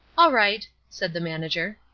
all right, said the manager.